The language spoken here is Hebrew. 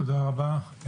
תודה רבה.